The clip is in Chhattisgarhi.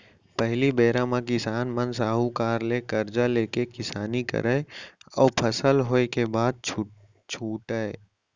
पहिली बेरा म किसान मन साहूकार ले करजा लेके किसानी करय अउ फसल होय के बाद छुटयँ